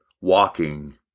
walking